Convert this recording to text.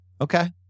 Okay